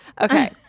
Okay